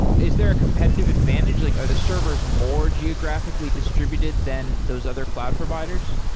is their competitive advantage. like are the servers more geographically distributed than those other cloud providers?